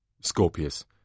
Scorpius